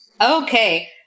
Okay